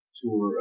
tour